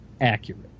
accurate